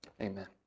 Amen